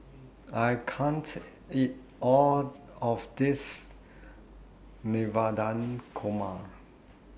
I can't eat All of This Navratan Korma